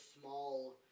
small